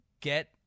get